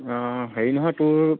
অঁ হেৰি নহয় তোৰ